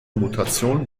mutation